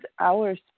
hours